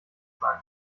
sein